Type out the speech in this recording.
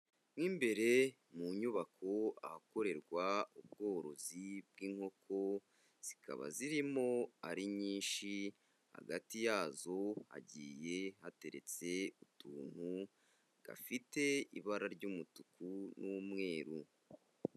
Mo imbere mu nyubako ahakorerwa ubworozi bw'inkoko, zikaba zirimo ari nyinshi hagati yazo hagiye hateretse utuntu, gafite ibara ry'umutuku n'umweru.